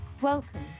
welcome